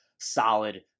solid